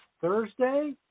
Thursday